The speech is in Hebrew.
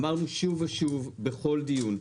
אמרנו שוב ושוב בכל דיון,